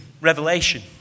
Revelation